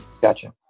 Gotcha